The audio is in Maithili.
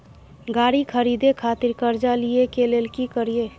गाड़ी खरीदे खातिर कर्जा लिए के लेल की करिए?